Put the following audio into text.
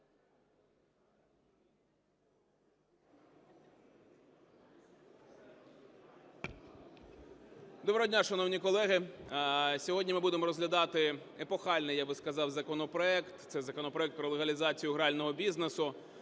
Доброго дня, шановні колеги! Сьогодні ми будемо розглядати епохальний, я би сказав, законопроект, це законопроект про легалізацію грального бізнесу.